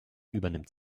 übernimmt